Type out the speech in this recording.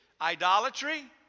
idolatry